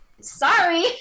Sorry